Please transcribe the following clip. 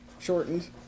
Shortened